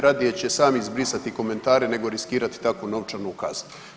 Radije će sam izbrisati komentare nego riskirati tako novčanu kaznu.